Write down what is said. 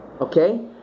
Okay